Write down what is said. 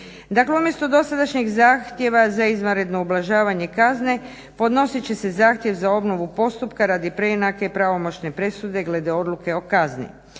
Dakle, umjesto dosadašnjeg zahtjeva za izvanredno ublažavanje kazne podnosit će se zahtjev za obnovu postupka radi preinake i pravomoćne presude glede odluke o kazni.